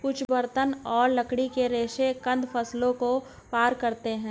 कुछ बर्तन और लकड़ी के रेशे कंद फसलों को पार करते है